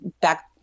back